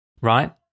right